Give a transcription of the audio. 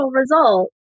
result